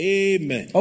amen